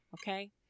Okay